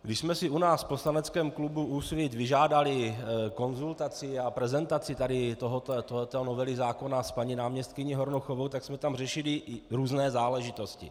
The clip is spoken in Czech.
Když jsme si u nás v poslaneckém klubu Úsvit vyžádali konzultaci a prezentaci této novely zákona s paní náměstkyní Hornochovou, tak jsme tak řešili různé záležitosti.